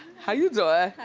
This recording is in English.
how you doing?